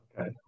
Okay